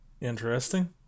Interesting